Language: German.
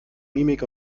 mimik